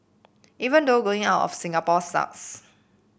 even though going out of Singapore sucks